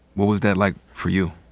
what was that like for you?